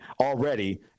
already